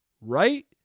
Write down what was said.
right